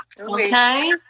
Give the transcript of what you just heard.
okay